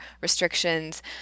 restrictions